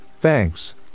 thanks